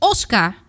Oscar